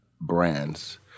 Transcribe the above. brands